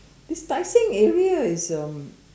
this Tai Seng area is um